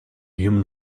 human